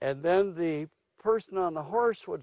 and then the person on the horse would